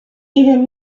even